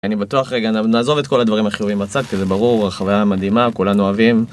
אני בטוח רגע, נעזוב את כל הדברים החיובים בצד, כי זה ברור, החוויה מדהימה, כולנו אוהבים.